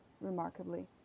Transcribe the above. remarkably